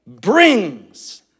brings